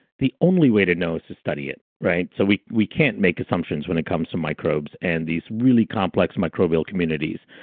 the only way to know is to study it. so we we can't make assumptions when it comes to microbes and these really complex microbial communities.